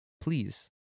please